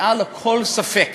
מעל לכל ספק,